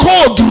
God